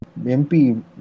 MP